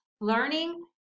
learning